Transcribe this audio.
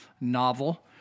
novel